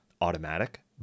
automatic